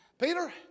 Peter